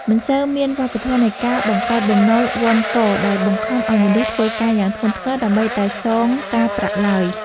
មិនសូវមានវប្បធម៌នៃការបង្កើតបំណុលវណ្ឌកដែលបង្ខំឱ្យមនុស្សធ្វើការយ៉ាងធ្ងន់ធ្ងរដើម្បីតែសងការប្រាក់ឡើយ។